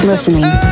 Listening